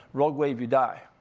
rogue wave, you die.